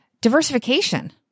diversification